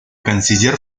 canciller